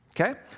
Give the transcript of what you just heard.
Okay